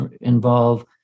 involve